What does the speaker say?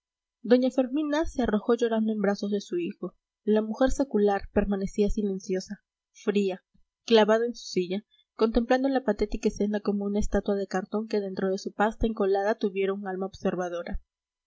doña fermina se arrojó llorando en brazos de su hijo la mujer secular permanecía silenciosa fría clavada en su silla contemplando la patética escena como una estatua de cartón que dentro de su pasta encolada tuviera un alma observadora